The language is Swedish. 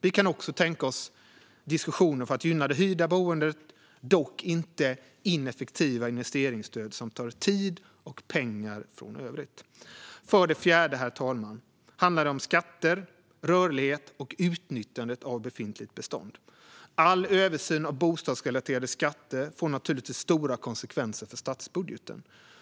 Vi kan också tänka oss diskussioner för att gynna det hyrda boendet, dock inte ineffektiva investeringsstöd som tar tid och pengar från övrigt. För det fjärde, herr talman, handlar det om skatter, rörlighet och utnyttjandet av befintligt bestånd. All översyn av bostadsrelaterade skatter får naturligtvis stora konsekvenser för statsbudgeten.